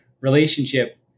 relationship